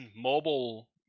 mobile